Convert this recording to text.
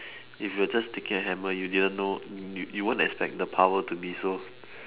if you're just taking a hammer you didn't know you you won't expect the power to be so